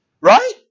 Right